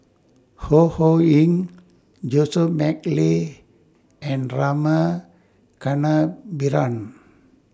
Ho Ho Ying Joseph Mcnally and Rama Kannabiran